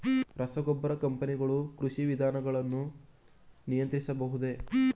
ರಸಗೊಬ್ಬರ ಕಂಪನಿಗಳು ಕೃಷಿ ವಿಧಾನಗಳನ್ನು ನಿಯಂತ್ರಿಸಬಹುದೇ?